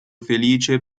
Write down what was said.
felice